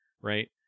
Right